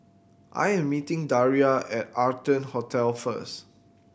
I am meeting Daria at Arton Hotel first